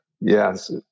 Yes